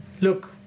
look